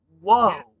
whoa